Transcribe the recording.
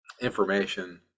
information